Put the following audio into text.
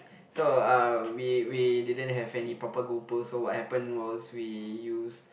so uh we we didn't have any proper goal post so what happened was we use